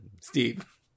Steve